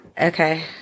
Okay